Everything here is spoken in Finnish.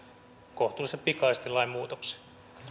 kohtuullisen pikaisesti lainmuutoksia